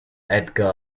edgar